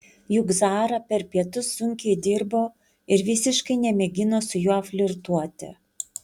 juk zara per pietus sunkiai dirbo ir visiškai nemėgino su juo flirtuoti